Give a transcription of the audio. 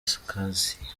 cassien